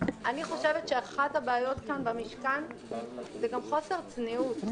אני חושבת שאחת הבעיות כאן במשכן זה גם חוסר צניעות.